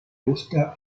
gusta